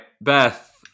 Beth